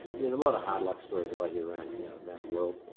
there's a lot of hard luck stories that i hear around yeah around the world.